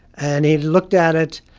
and he looked at it.